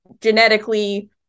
genetically